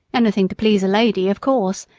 anything to please a lady, of course.